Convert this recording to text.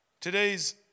today's